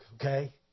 okay